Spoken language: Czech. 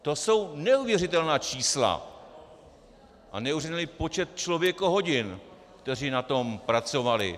To jsou neuvěřitelná čísla a neuvěřitelný počet člověkohodin, kteří na tom pracovali.